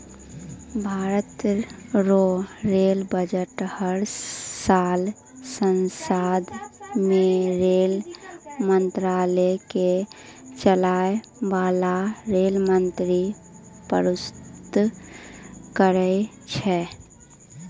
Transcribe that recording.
भारत रो rail budget हर साल सांसद मे रेल मंत्रालय के चलाय बाला रेल मंत्री परस्तुत करै छै